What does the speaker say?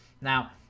now